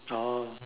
oh